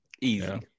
Easy